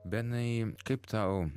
benai kaip tau